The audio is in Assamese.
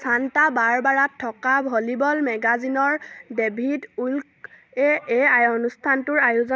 ছাণ্টা বাৰবাৰাত থকা ভলিবল মেগাজিনৰ ডেভিড উইল্ক এ এই অনুষ্ঠানটোৰ আয়োজন